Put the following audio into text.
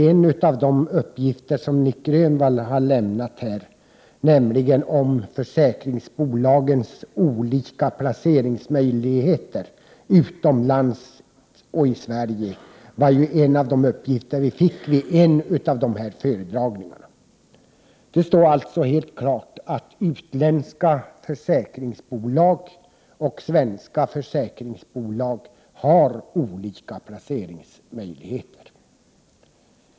En av de uppgifter som Nic Grönvall har lämnat här, nämligen om försäkringsbolagens olika placeringsmöjligheter utomlands och i Sverige, var just en sådan uppgift som vi fick vid en av dessa föredragningar. Det står alltså helt klart att utländska försäkringsbolag och svenska försäkringsbolag har olika placeringsmöjligheter.